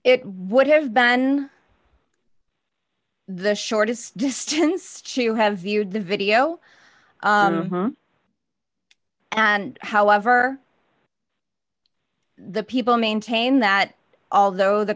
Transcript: it would have been the shortest distance to have viewed the video and however the people maintain that although the